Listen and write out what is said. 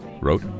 wrote